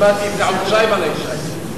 כבר שמעתי לפני חודשיים על האשה הזאת.